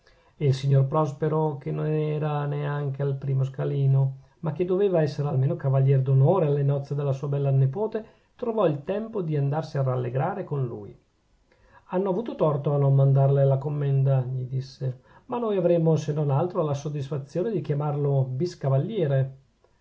e il signor prospero che non era neanche al primo scalino ma che doveva essere almeno cavalier d'onore alle nozze della sua bella nepote trovò il tempo per andarsi a rallegrare con lui hanno avuto torto a non mandarle la commenda gli disse ma noi avremo se non altro la soddisfazione di chiamarlo biscavaliere